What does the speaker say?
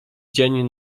dzień